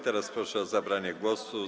Teraz proszę o zabranie głosu.